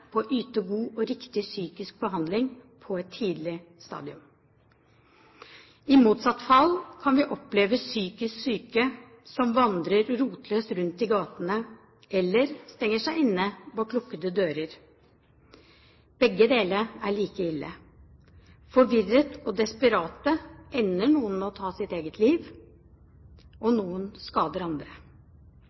på et tidlig stadium. I motsatt fall kan vi oppleve psykisk syke som vandrer rotløst rundt i gatene, eller som stenger seg inne bak lukkede dører. Begge deler er like ille. Forvirret og desperate ender noen med å ta sitt eget liv, og noen skader andre.